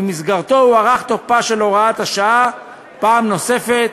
ובמסגרתו הוארך תוקפה של הוראת השעה פעם נוספת,